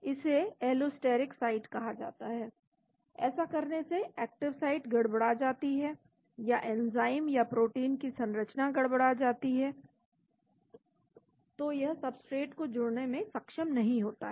इसे allosteric site कहा जाता है ऐसा करने से एक्टिव साइट गड़बड़ा जाती है या एंजाइम या प्रोटीन की संरचना गड़बड़ा जाती है तो यह सब्सट्रेट को जुड़ने में सक्षम नहीं होता है